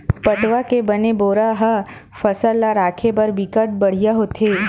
पटवा के बने बोरा ह फसल ल राखे बर बिकट बड़िहा होथे